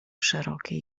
szerokie